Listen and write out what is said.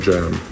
Jam